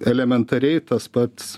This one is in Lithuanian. elementariai tas pats